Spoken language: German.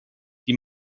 die